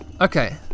Okay